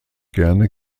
gerne